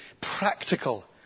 practical